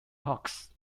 hoax